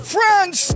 Friends